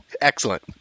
Excellent